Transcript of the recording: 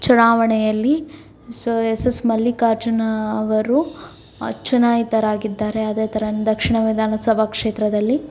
ಚುನಾವಣೆಯಲ್ಲಿ ಸೋ S S Mallikarjuna ಅವರು ಚುನಾಯಿತರಾಗಿದ್ದಾರೆ ಅದೇ ಥರ ದಕ್ಷಿಣ ವಿಧಾನಸಭಾ ಕ್ಷೇತ್ರದಲ್ಲಿ